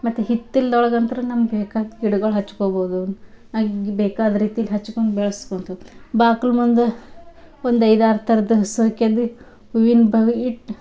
ಮತ್ತು ಹಿತ್ತಲ್ದೊಳಗಂತ್ರು ನಮ್ಗೆ ಬೇಕಾದ ಗಿಡಗಳು ಹಚ್ಕೊಬೋದು ಆಗಿ ಬೇಕಾದ ರೀತಿಲಿ ಹಚ್ಕೊಂಡು ಬೆಳೆಸ್ಕೊಂಥದ್ದು ಬಾಗ್ಲು ಮುಂದೆ ಒಂದು ಐದಾರು ಥರದ್ ಹಸಿರು ಕೇದಿ ಹೂವಿನ ಬವಿ ಇಟ್ಟು